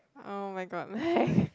oh my god mate